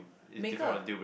maker